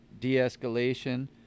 de-escalation